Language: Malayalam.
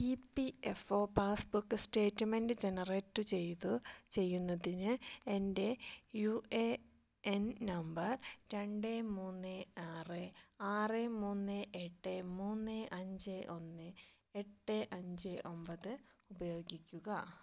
E P F O passbook statement generate ചെയ്ത് ചെയ്യുന്നതിന് എൻ്റെ യു എ എൻ നമ്പർ രണ്ട് മൂന്ന് ആറ് ആറ് മൂന്ന് എട്ട് മൂന്ന് അഞ്ച് ഒന്ന് എട്ട് അഞ്ച് ഒമ്പത് ഉപയോഗിക്കുക